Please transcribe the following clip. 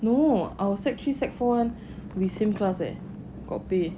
no our sec three sec four we same class leh got pay